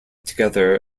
together